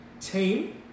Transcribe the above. Team